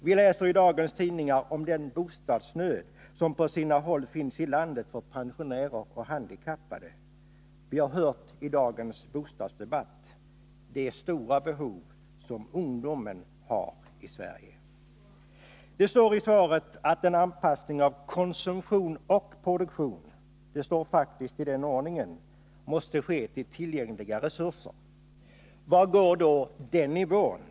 Vi läser i dagens tidningar om den bostadsnöd som på sina håll finns i landet för pensionärer och handikappade. Vi har hört i dagens bostadsdebatt om det stora behov som ungdomen har. Det står i svaret att det måste ske en anpassning av konsumtion och produktion — det står faktiskt i den ordningen — till de resurser som står till samhällets förfogande. Var ligger då den nivån?